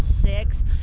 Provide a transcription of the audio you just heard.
six